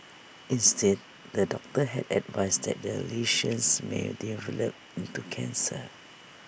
instead the doctor had advised that the lesions may develop into cancer